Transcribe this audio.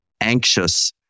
anxious